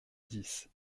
dix